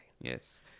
Yes